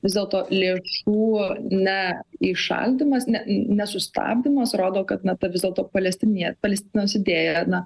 vis dėlto lėšų ne įšaldymas ne nesustabdymas rodo kad na ta vis dėlto palestinija palestinos idėja na